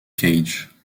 cage